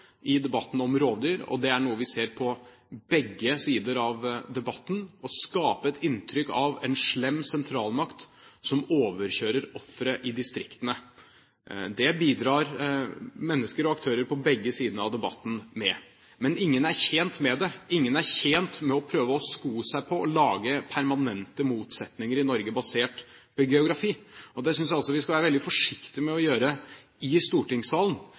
i debatten om rovdyr. Det er noe vi ser på begge sider i debatten: Man skaper et inntrykk av en slem sentralmakt som overkjører ofre i distriktene. Dette bidrar aktører på begge sider i debatten med. Men ingen er tjent med å prøve å sko seg på å lage permanente motsetninger i Norge, basert på geografi. Det synes jeg også vi skal være veldig forsiktige med å gjøre i stortingssalen.